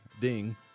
ding